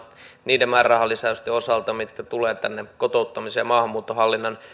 niiden määrärahalisäysten osalta mitkä tulevat kotouttamisen ja maahanmuuttohallinnan